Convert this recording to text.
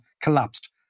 collapsed